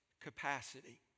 capacity